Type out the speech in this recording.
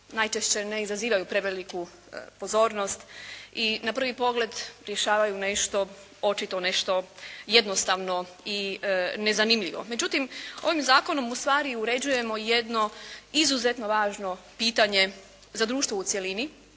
najčešće ne izazivaju preveliku pozornost i na prvi pogled rješavaju nešto, očito nešto jednostavno i nezanimljivo, međutim ovim Zakonom ustvari uređujemo jedno izuzetno važno pitanje za društvo u cjelini,